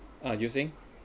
uh you're saying